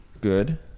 good